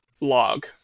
log